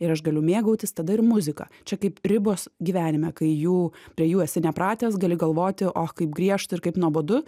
ir aš galiu mėgautis tada ir muzika čia kaip ribos gyvenime kai jų prie jų esi nepratęs gali galvoti o kaip griežta ir kaip nuobodu